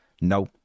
no